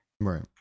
Right